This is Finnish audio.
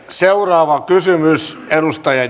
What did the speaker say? seuraava kysymys edustaja